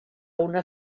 una